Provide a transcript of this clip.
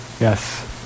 yes